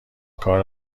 کار